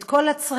את כל הצרכים,